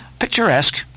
picturesque